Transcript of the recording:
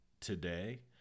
today